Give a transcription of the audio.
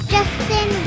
Justin